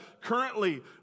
currently